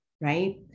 right